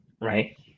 right